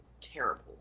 terrible